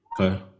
Okay